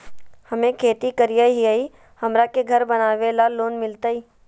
हमे खेती करई हियई, हमरा के घर बनावे ल लोन मिलतई?